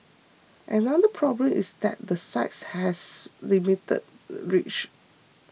another problem is that the sites has limited reach